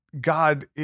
God